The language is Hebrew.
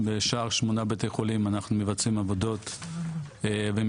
בשאר שמונת בתי החולים אנחנו מבצעים עבודות ומכרזים